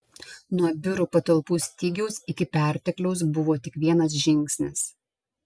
nuo biurų patalpų stygiaus iki pertekliaus buvo tik vienas žingsnis